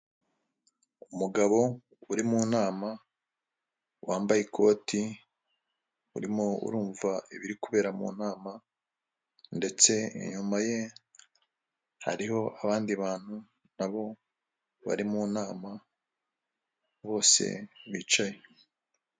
Umugabo uri mu nama wambaye ikoti urimo urumva ibiri kubera mu nama ndetse inyuma ye hariho abandi bantu nabo bari mu nama bose bicaye.